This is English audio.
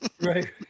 Right